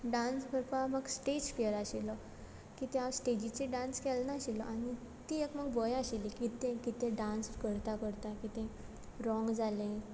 dance करपा म्हाका stage fear आशिल्लो कित्या हांव स्टेजीचेर डांस केलो नाशिल्लो आनी ती एक म्हाका भंय आशिल्ली की तें कितें डांस करता करता कितें रॉंग जालें